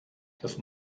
das